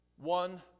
one